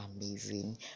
amazing